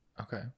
Okay